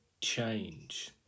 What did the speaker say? change